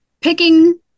Picking